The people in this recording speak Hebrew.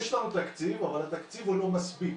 יש לנו תקציב אבל התקציב לא מספיק.